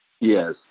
Yes